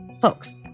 folks